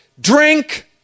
Drink